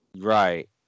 Right